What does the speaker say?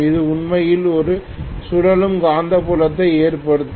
இது உண்மையில் ஒரு சுழலும் காந்தப்புலத்தை ஏற்படுத்தும்